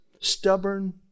stubborn